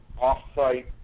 off-site